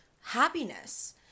happiness